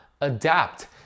adapt